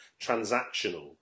transactional